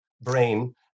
brain